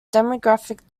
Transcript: demographic